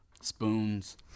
spoons